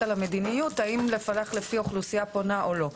על המדיניות האם לפלח לפי אוכלוסייה פונה או לא.